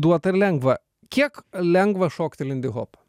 duota ir lengva kiek lengva šokti lindyhopą